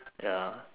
ya